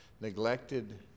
neglected